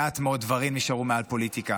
מעט מאוד דברים נשארו מעל פוליטיקה.